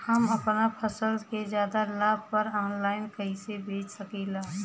हम अपना फसल के ज्यादा लाभ पर ऑनलाइन कइसे बेच सकीला?